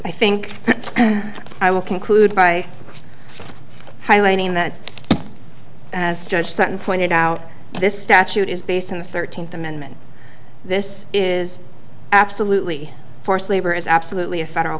i think and i will conclude by highlighting that as judge sutton pointed out this statute is based on the thirteenth amendment this is absolutely forced labor is absolutely a federal